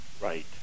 Right